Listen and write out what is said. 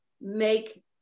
make